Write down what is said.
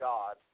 God